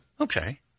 Okay